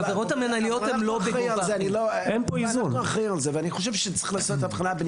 אני חושב שצריך לעשות הבחנה בין